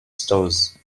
stores